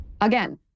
Again